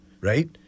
right